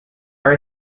are